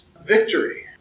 victory